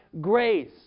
grace